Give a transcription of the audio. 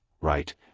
Right